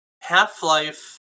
half-life